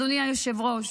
אדוני היושב-ראש,